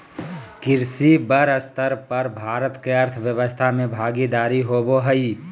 कृषि बड़ स्तर पर भारत के अर्थव्यवस्था में भागीदारी होबो हइ